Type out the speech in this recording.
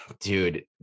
dude